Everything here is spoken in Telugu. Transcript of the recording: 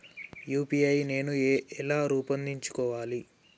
యూ.పీ.ఐ నేను ఎలా రూపొందించుకోవాలి?